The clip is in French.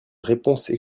réponses